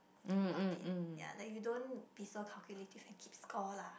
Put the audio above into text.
about it ya you don't be so calculative and keep score lah